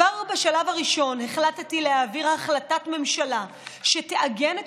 כבר בשלב הראשון החלטתי להעביר החלטת ממשלה שתעגן את